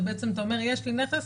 זה בעצם אתה אומר שיש לך נכס,